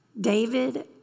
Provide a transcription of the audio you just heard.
David